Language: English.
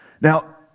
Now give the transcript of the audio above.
Now